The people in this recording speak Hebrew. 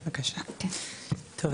טוב,